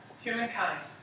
humankind